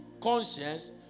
conscience